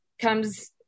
comes